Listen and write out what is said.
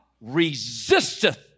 resisteth